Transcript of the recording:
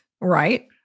right